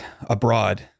abroad